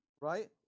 right